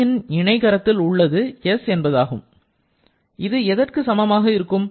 Tன் இணைகரத்தில் உள்ளது s ஆகும் இது எதற்கு சமமாக இருக்கும்